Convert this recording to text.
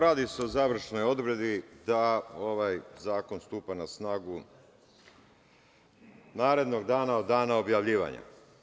Radi se o završnoj odredbi da ovaj zakon stupa na snagu narednog dana od dana objavljivanja.